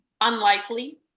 Unlikely